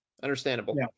Understandable